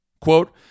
quote